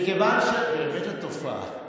באמת את תופעה.